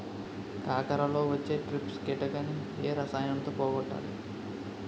కాకరలో వచ్చే ట్రిప్స్ కిటకని ఏ రసాయనంతో పోగొట్టాలి?